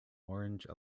orange